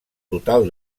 total